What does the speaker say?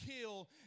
kill